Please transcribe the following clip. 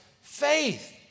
faith